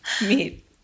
meet